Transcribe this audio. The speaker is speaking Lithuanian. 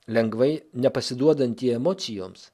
lengvai nepasiduodantį emocijoms